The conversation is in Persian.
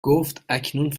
گفتاکنون